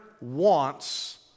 wants